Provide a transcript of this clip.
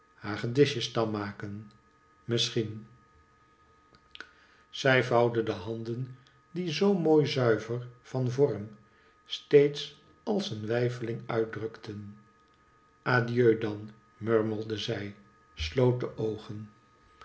hagedisjes tarn maken misschien zij vouwde de handen die zoo mooi zuiver van vorm steeds ah een weifeling uitdrukten adieu dan murmelde zij sloot de oogen